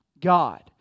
God